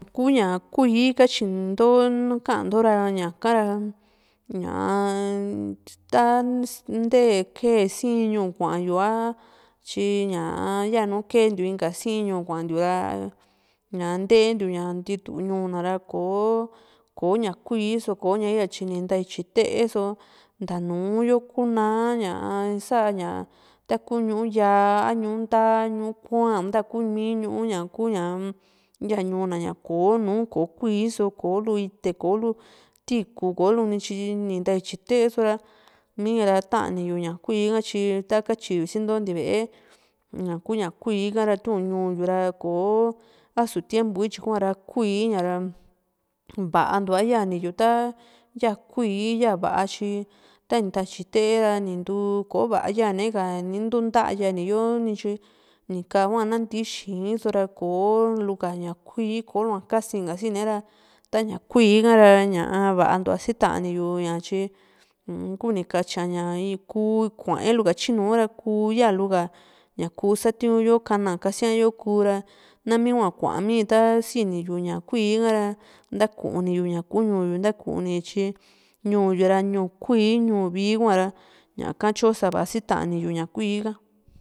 kuu ña kuíí katyinto ka´an nto ra ña´kara ñaa ta ntee sii´nñuu kuayu a tyi ña yanu kentiu inka sii ñuu kuantiu ra ntee ntiu ñuu na ra kò´o kòo ña kuíí koña so ya tyi ni ntaityi tee´so ntaa nùù yo kunaa ña sa´ña taku ñuu yaa a ñuu ndaa, ñuu kua´na a ntakumi ñuu ñaku ña yaa ñuu na konu ko kuíí so ko lu ite kò´o lu tiikù kò´o luni tyini ntaityi te´so ra mi ra tani yu ña kuíí ha tyi taku katyiyu sinto ntivee ñaku ña kuíí a´ra tiu´n ñuu yu´ra kò´o asu tiempo ityi kuara kuíí ña ra va´a ntua yaa´ni yu ta ya kuíí ya va´a tyi ta ntaityi te ra nintuu koo va´a yane ka intu nta´yani yo ni tyi ni ka hua nanti xiiso ra kò´o lu ka ña kuíí ko lua kasi´n ka sine ra taña kuíí hara ña va´a ntua sitaniyu ña tyi u´un kuni katyia ña ku kuaelu ka tyinu ra kuu yaaluka ñaku satiuyo kana kasiayo ku ra nami hua kuami ta sini yu ña kuíí ha´ra ntakuni yu ña ku ñuu yu ntakuni tyi ñuu yu´ra ñuu kuíí ñuu vii hura ñaka tyo sava sitani yu ña kuíí ka.